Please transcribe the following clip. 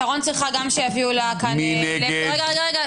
שנעבור גם על הרוויזיות,